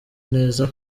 neza